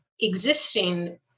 existing